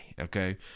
Okay